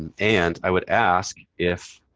and and i would ask if